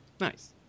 Nice